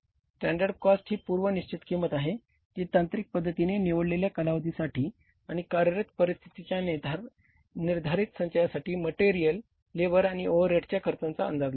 standard cost ही पूर्व निश्चित किंमत आहे जी तांत्रिक पद्धतीने निवडलेल्या कालावधीसाठी आणि कार्यरत परिस्थितीच्या निर्धारित संचयासाठी मटेरियल लेबर आणि ओव्हरहेड्सच्या खर्चांचा अंदाज लावते